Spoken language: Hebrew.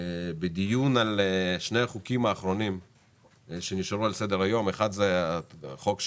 בדיון על שני החוקים האחרונים שנשארו על סדר היום נכחו ארבעה חברי